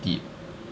deep